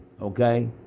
okay